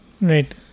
Right